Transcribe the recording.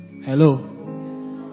hello